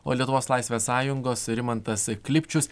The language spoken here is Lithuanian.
o lietuvos laisvės sąjungos rimantas klipčius